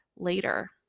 Later